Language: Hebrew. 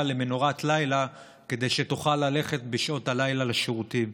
למנורת לילה כדי שתוכל ללכת בשעות הלילה לשירותים.